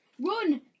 run